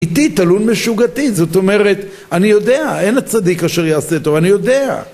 איתי תלון משוגתי, זאת אומרת, אני יודע, אין הצדיק אשר יעשה טוב, אני יודע,